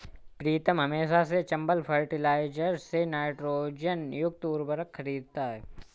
प्रीतम हमेशा से चंबल फर्टिलाइजर्स से नाइट्रोजन युक्त उर्वरक खरीदता हैं